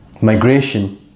migration